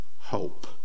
hope